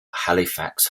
halifax